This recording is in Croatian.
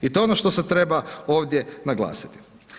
I to je ono što se treba ovdje naglasiti.